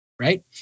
right